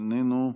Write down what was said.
איננו,